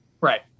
Right